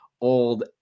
old